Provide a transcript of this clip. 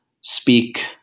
speak